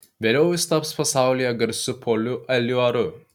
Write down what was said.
vėliau jis taps pasaulyje garsiu poliu eliuaru